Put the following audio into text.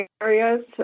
areas